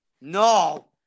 No